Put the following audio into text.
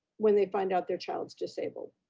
when they find out their child's disabled,